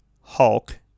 Hulk